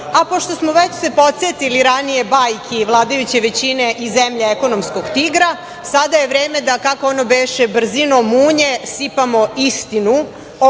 a pošto smo se već podsetili ranije bajke vladajuće većine i zemlje ekonomskog tigra, sada je vreme da kako beše, brzinom munje, sipamo istinu